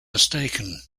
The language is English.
mistaken